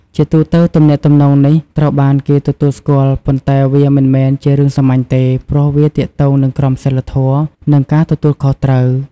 ជាទូទៅ ទំនាក់ទំនងនេះត្រូវបានគេទទួលស្គាល់ ប៉ុន្តែវាមិនមែនជារឿងសាមញ្ញទេ ព្រោះវាទាក់ទងនឹងក្រមសីលធម៌ និងការទទួលខុសត្រូវ។